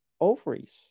ovaries